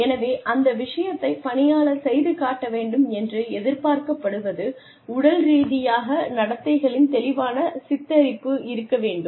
எனவே இந்த விஷயத்தை பணியாளர் செய்து காட்ட வேண்டும் என்று எதிர்பார்க்கப்படுவது உடல் ரீதியாக நடத்தைகள் தெளிவான சித்தரிப்பு இருக்க வேண்டும்